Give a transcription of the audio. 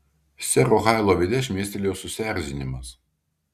sero hailo veide šmėstelėjo susierzinimas